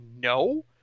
no